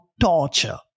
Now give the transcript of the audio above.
torture